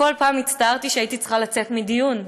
ובכל פעם הצטערתי שהייתי צריכה לצאת מדיון,